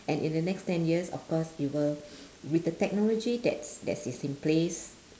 and in the next ten years of course it will with the technology that's that's is in place